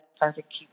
perfect